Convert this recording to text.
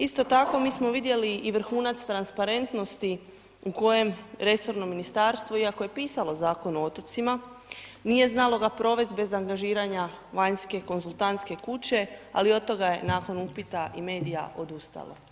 Isto tako mi smo vidjeli i vrhunac transparentnosti, u kojem resorno Ministarstvo, iako je pisalo Zakon o otocima, nije znalo ga provesti, bez angažiranja vanjske, konzultantske kuće, ali od toga je nakon upita i medija odustalo.